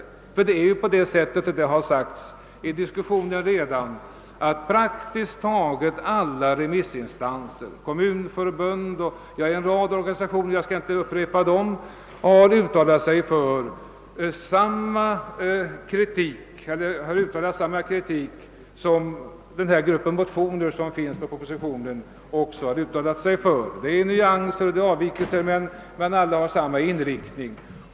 Praktiskt taget alla remissinstanser — kommunförbund och en rad organisa tioner; jag skall inte räkna upp dem — har uttalat samma kritik som motionärerna. Det förekommer nyanser och avvikelser, men alla har samma inriktning.